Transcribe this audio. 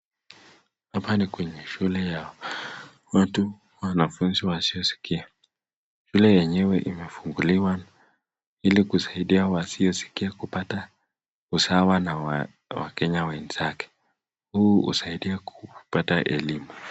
Hapa ni kwenye shule ya watu, wanafunzi wasioskia. Shule yenyewe imefunguliwa ili kusaidia wasioskia kupata usawa na wakenya wenzake. Huu husaidia kupata elimu.